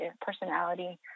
personality